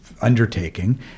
undertaking